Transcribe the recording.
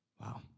Wow